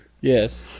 Yes